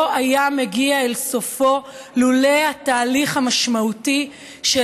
לא היה מגיע אל סופו לולא התהליך המשמעותי של